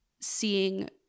seeing